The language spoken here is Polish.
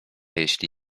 jeśli